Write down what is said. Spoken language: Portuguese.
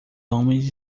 homens